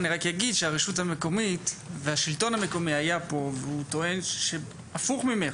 אני אגיד שהרשות המקומית והשלטון המקומי היו פה והם טוענים הפוך ממך.